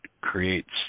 creates